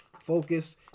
Focus